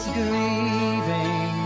grieving